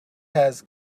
has